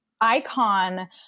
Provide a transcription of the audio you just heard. icon